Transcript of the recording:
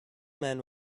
men